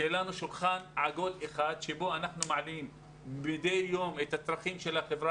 שיהיה לנו שולחן עגול אחד שבו אנחנו מעלים מדי יום את הצרכים של החברה